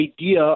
idea